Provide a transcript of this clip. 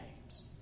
names